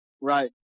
right